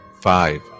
five